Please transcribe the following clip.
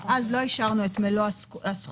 אז לא אישרנו את מלוא הסכום.